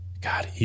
God